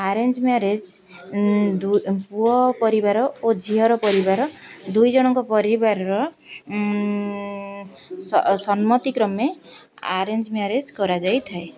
arrange marriage ପୁଅ ପରିବାର ଓ ଝିଅର ପରିବାର ଦୁଇଜଣଙ୍କ ପରିବାରର ସମ୍ମତି କ୍ରମେ ଆରେଞ୍ଜ ମ୍ୟାରେଜ କରାଯାଇଥାଏ